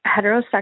heterosexual